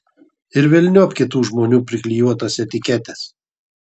ir velniop kitų žmonių priklijuotas etiketes